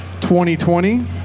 2020